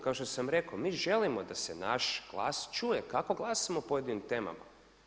Kao što sam rekao mi želimo da se naš glas čuje kako glasamo o pojedinim temama.